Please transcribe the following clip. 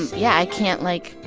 yeah. i can't, like,